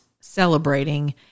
celebrating